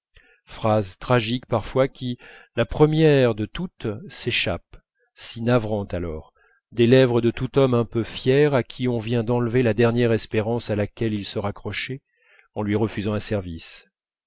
phrase tragique parfois qui la première de toutes s'échappe si navrante alors des lèvres de tout homme un peu fier à qui on vient d'enlever la dernière espérance à laquelle il se raccrochait en lui refusant un service